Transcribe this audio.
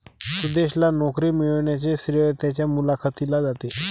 सुदेशला नोकरी मिळण्याचे श्रेय त्याच्या मुलाखतीला जाते